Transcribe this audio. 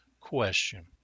question